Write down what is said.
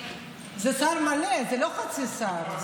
זה שר מלא, זה לא חצי שר.